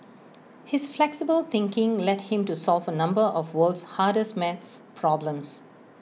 his flexible thinking led him to solve A number of world's hardest math problems